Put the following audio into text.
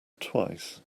twice